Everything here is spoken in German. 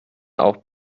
auch